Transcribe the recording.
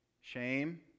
Shame